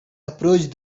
approached